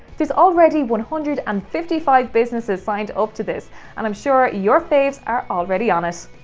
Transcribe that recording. there's already one hundred and fifty five businesses signed up to this and i'm sure your faves are already on it.